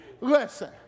Listen